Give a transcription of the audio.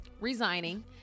resigning